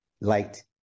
Light